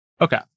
Okay